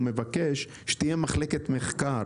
מרכז ההשקעות מבקש שתהיה מחלקת מחקר.